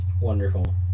Wonderful